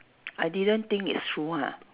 I didn't think it's true ha